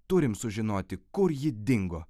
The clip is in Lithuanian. turim sužinoti kur ji dingo